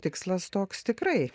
tikslas toks tikrai